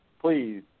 Please